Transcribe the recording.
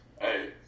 Hey